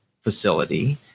facility